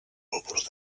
bordeus